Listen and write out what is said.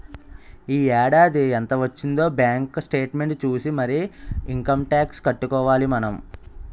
ఈ ఏడాది ఎంత వొచ్చిందే బాంకు సేట్మెంట్ సూసి మరీ ఇంకమ్ టాక్సు కట్టుకోవాలి మనం